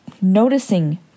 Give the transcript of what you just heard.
noticing